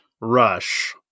Rush